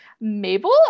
Mabel